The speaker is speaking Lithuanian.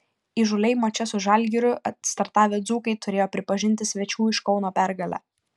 įžūliai mače su žalgiriu startavę dzūkai turėjo pripažinti svečių iš kauno pergalę